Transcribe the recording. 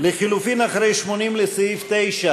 (80) לחלופין של קבוצת סיעת הרשימה המשותפת